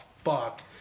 fuck